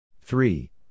Three